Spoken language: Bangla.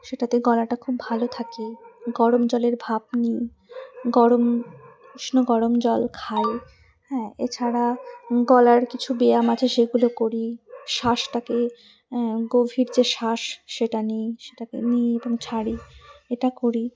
সেটাতে গলাটা খুব ভালো থাকে গরম জলের ভাপ নিই গরম উষ্ণ গরম জল খাই হ্যাঁ এছাড়া গলার কিছু ব্যায়াম আছে সেগুলো করি শ্বাসটাকে গভীর যে শ্বাস সেটা নিই সেটাকে নিই এবং ছাড়ি এটা করি